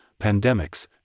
pandemics